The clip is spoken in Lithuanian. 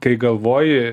kai galvoji